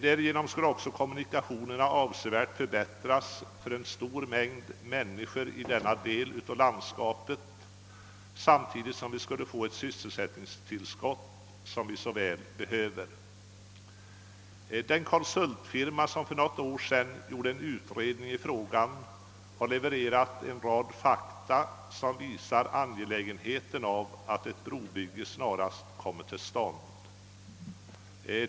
Därigenom skulle också kommunikationerna avsevärt förbättras för en stor mängd människor i denna del av landskapet samtidigt som vi skulle få ett sysselsättningstillskott, vilket vi väl behöver. Den konsultfirma som för något år sedan utredde frågan har redogjort för en rad fakta som visar angelägenheten av ett brobygge.